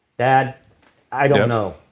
dad i don't know.